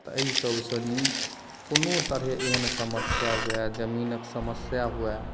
तऽ एहि सबसे नीक कोनो तरहे एहन समस्या हुए जमीनक समस्या हुए